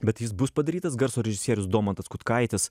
bet jis bus padarytas garso režisierius domantas kutkaitis